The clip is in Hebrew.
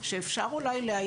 כי זה מאוד צורם.